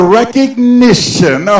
recognition